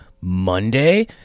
Monday